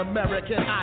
American